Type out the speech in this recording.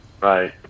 Right